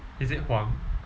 is it huang